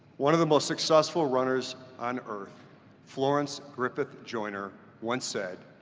one of the most successful runners on earth florence griffith-joyner once said,